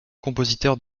compositeurs